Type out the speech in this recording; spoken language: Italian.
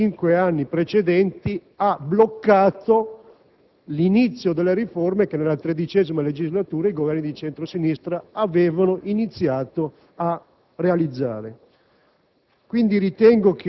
la destra nei cinque anni precedenti ha bloccato l'inizio delle riforme che nella XIII legislatura i Governi di centro-sinistra avevano iniziato a realizzare.